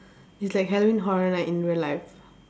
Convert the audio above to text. it's like halloween horror night in real life